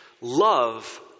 love